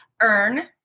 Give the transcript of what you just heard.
earn